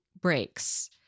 breaks